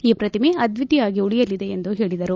ಈ ಪ್ರತಿಮ ಅದ್ವಿತೀಯವಾಗಿ ಉಳಿಯಲಿದೆ ಎಂದು ಹೇಳಿದರು